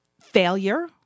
Failure